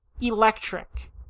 electric